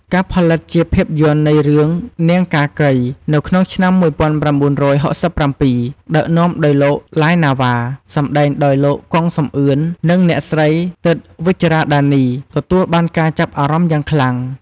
ការផលិតជាភាពយន្តនៃរឿង "នាងកាកី" នៅក្នុងឆ្នាំ ១៩៦៧ ដឹកនាំដោយលោក ឡាយ ណាវ៉ា សម្តែងដោយលោក គង់ សំអឿន និងអ្នកស្រី ទិត្យ វិជ្ជរ៉ាដានី ទទួលបានការចាប់អារម្មណ៍យ៉ាងខ្លាំង។